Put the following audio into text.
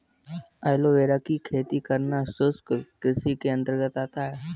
aloe vera की खेती करना शुष्क कृषि के अंतर्गत आता है